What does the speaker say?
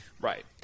right